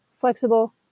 flexible